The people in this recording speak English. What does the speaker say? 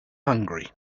hungry